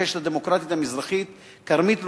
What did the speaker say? "הקשת הדמוקרטית המזרחית"; כרמית לובנוב,